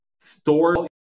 store